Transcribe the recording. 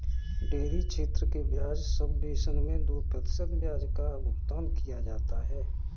dairy क्षेत्र के ब्याज सबवेसन मैं दो प्रतिशत ब्याज का भुगतान किया जाता है